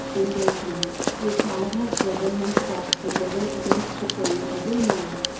engagements, which i had driven myself to giving against the grain every minute,